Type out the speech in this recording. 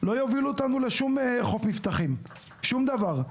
לא יובילו אותנו לשום חוף מבטחים, לשום דבר.